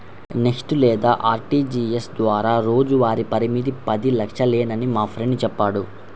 NEFT లేదా RTGS ద్వారా రోజువారీ పరిమితి పది లక్షలేనని మా ఫ్రెండు చెప్పాడు